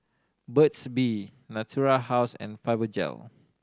Burt's Bee Natura House and Fibogel